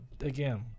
again